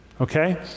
Okay